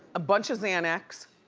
a bunch of xanax,